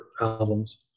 albums